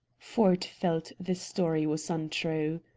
ford felt the story was untrue.